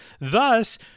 Thus